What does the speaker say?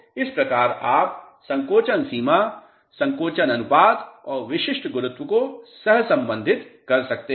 तो इसप्रकार आप संकोचन सीमा संकोचन अनुपात और विशिष्ट गुरुत्व को सहसंबंधित कर सकते हैं